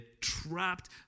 trapped